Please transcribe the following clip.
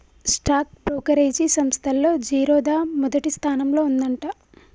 stock brokerage సంస్తల్లో జిరోదా మొదటి స్థానంలో ఉందంట